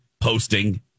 posting